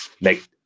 make